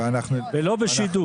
ולא בשידור.